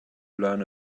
learn